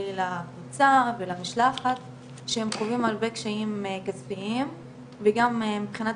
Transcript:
לקבוצה ולמשלחת שהם חווים הרבה קשיים כספיים וגם מבחינת